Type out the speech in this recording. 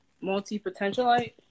multi-potentialite